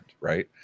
right